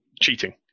cheating